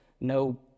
no